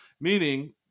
meaning